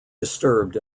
disturbed